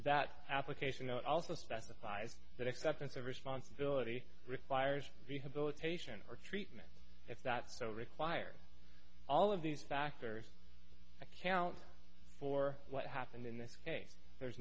that application and also specifies that acceptance of responsibility requires rehabilitation or treatment if that so required all of these factors account for what happened in this case there's